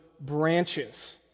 branches